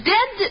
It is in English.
Dead